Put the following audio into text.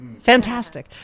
Fantastic